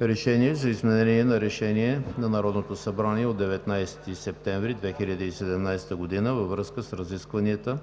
РЕШЕНИЕ за изменение на Решение на Народното събрание от 19 септември 2017 г. във връзка с разискванията